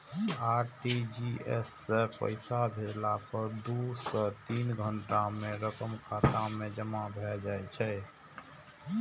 RTGS सं पैसा भेजला पर दू सं तीन घंटा मे रकम खाता मे जमा भए जाइ छै